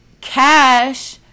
cash